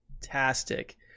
fantastic